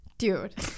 dude